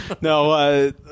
No